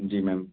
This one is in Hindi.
जी मैम